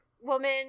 woman